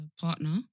partner